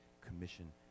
commission